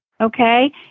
okay